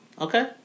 Okay